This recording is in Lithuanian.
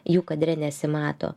jų kadre nesimato